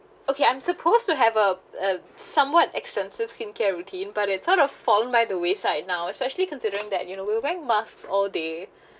okay I'm supposed to have a a somewhat extensive skincare routine but it's sort of falling by the wayside now especially considering that you know we were wearing masks all day